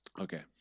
Okay